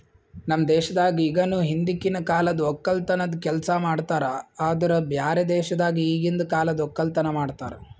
ನಮ್ ದೇಶದಾಗ್ ಇಗನು ಹಿಂದಕಿನ ಕಾಲದ್ ಒಕ್ಕಲತನದ್ ಕೆಲಸ ಮಾಡ್ತಾರ್ ಆದುರ್ ಬ್ಯಾರೆ ದೇಶದಾಗ್ ಈಗಿಂದ್ ಕಾಲದ್ ಒಕ್ಕಲತನ ಮಾಡ್ತಾರ್